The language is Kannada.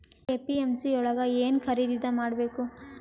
ಎ.ಪಿ.ಎಮ್.ಸಿ ಯೊಳಗ ಏನ್ ಖರೀದಿದ ಮಾಡ್ಬೇಕು?